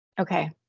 okay